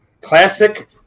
classic